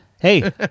Hey